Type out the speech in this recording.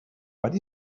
but